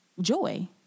joy